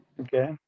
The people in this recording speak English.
Okay